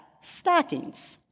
stockings